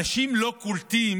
אנשים לא קולטים